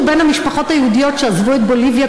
בין המשפחות היהודיות שעזבו את בוליביה,